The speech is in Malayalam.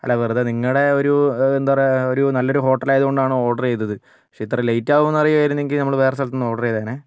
അല്ല വെറുതെ നിങ്ങളുടെ ഒരു എന്താ പറയുക ഒരു നല്ലൊരു ഹോട്ടൽ ആയതുകൊണ്ടാണ് ഓർഡർ ചെയ്തത് പക്ഷെ ഇത്ര ലേറ്റ് ആകുമെന്ന് അറിയുമായിരുന്നെങ്കിൽ നമ്മള് വേറെ സ്ഥലത്ത് നിന്ന് ഓർഡർ ചെയ്തേനെ